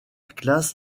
classe